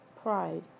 pride